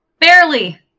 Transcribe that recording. Barely